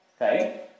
Okay